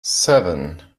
seven